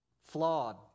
Flawed